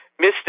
Mr